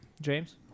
James